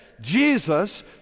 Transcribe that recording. Jesus